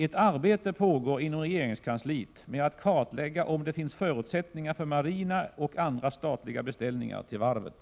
Ett arbete pågår inom regeringskansliet med att kartlägga om det finns förutsättningar för marina och andra statliga beställningar till varvet.